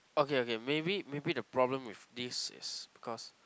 okay okay maybe maybe the problem with this is because